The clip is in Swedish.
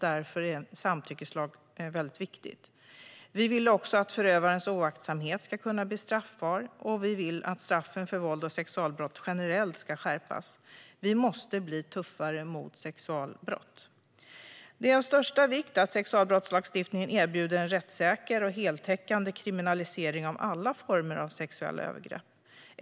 Därför är en samtyckeslag väldigt viktig. Vi vill också att förövarens oaktsamhet ska kunna bli straffbar, och vi vill att straffen för vålds och sexualbrott generellt ska skärpas. Vi måste bli tuffare mot sexualbrott. Det är av största vikt att sexualbrottslagstiftningen erbjuder en rättssäker och heltäckande kriminalisering av alla former av sexuella övergrepp.